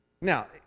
Now